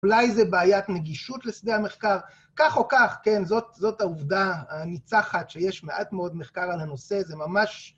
אולי זה בעיית נגישות לשדה המחקר, כך או כך, כן, זאת העובדה הניצחת שיש מעט מאוד מחקר על הנושא, זה ממש...